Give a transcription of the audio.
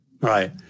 Right